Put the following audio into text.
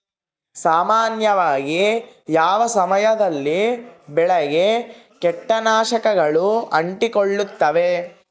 ಸಾಮಾನ್ಯವಾಗಿ ಯಾವ ಸಮಯದಲ್ಲಿ ಬೆಳೆಗೆ ಕೇಟನಾಶಕಗಳು ಅಂಟಿಕೊಳ್ಳುತ್ತವೆ?